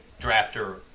drafter